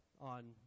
on